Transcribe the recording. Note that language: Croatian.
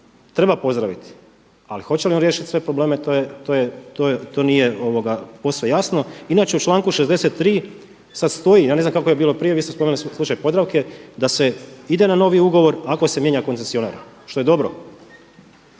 treba pozdraviti ali hoće li on riješiti sve probleme, to nije posve jasno. Inače u članku 63. sada stoji, ja ne znam kako je bilo prije, vi ste spomenuli slučaj Podravke da se ide na novi ugovor ako se mijenja koncesionar, što je dobro.